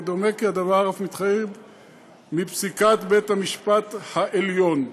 ודומה כי הדבר אף מתחייב מפסיקת בית-המשפט העליון.